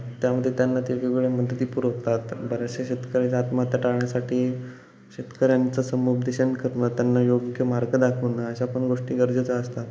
त्यामध्ये त्यांना ते वेगवेगळ्या मदती पुरवतात बरेचसे शेतकरी आत्महत्या टाळण्यासाठी शेतकऱ्यांचं समुपदेशन करणं त्यांना योग्य मार्ग दाखवणं अशा पण गोष्टी गरजेच्या असतात